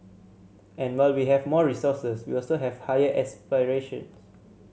and while we have more resources we also have higher aspirations